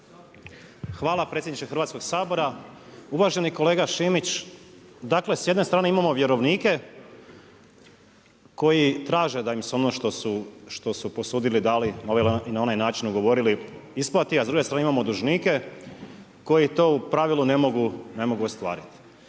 Hvala predsjedniče Hrvatskog sabora. Uvaženi kolega Šimić. Dakle s jedne strane imamo vjerovnike koji traže da im se što su posudili i dali ili na ovaj ili na onaj način ugovorili isplati, a s druge strane imamo dužnike koji to u pravilu ne mogu ostvariti.